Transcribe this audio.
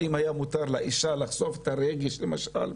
האם היה מותר לאישה לחשוף את הרגש למשל?